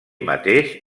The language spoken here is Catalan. mateix